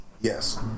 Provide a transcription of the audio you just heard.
Yes